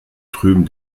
trüben